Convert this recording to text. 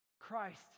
Christ